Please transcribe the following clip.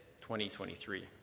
2023